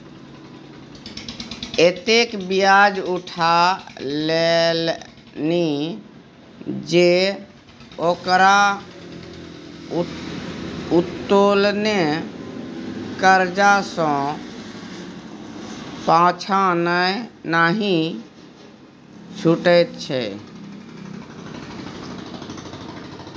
एतेक ब्याज उठा लेलनि जे ओकरा उत्तोलने करजा सँ पाँछा नहि छुटैत छै